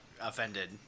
offended